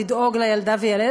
לדאוג לילדה ולילד,